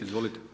Izvolite.